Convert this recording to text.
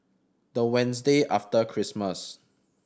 the Wednesday after Christmas